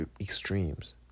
extremes